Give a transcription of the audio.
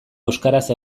euskaraz